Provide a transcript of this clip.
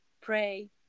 pray